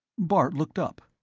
bart looked up.